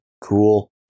cool